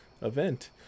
event